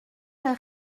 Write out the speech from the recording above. est